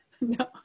No